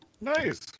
Nice